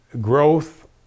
growth